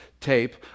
tape